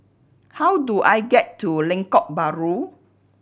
how do I get to Lengkok Bahru